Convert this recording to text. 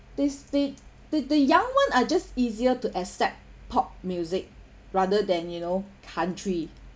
this they the the young ones are just easier to accept pop music rather than you know country